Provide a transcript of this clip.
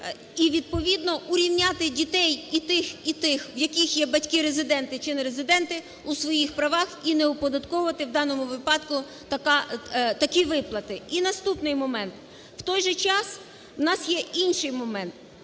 і відповідно урівняти дітей і тих, і тих, в яких є батьки резиденти чи нерезиденти у своїх правах і не оподатковувати в даному випадку такі виплати. І наступний момент. В той же час в нас є інший момент.